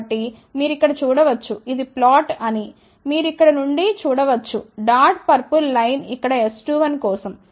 కాబట్టి మీరు ఇక్కడ చూడ వచ్చు ఇది ప్లాట్ అని మీరు ఇక్కడ నుండి చూడ వచ్చు డాట్ పర్పుల్ లైన్ ఇక్కడ S21కోసం